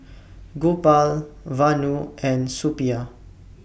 Gopal Vanu and Suppiah